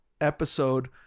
episode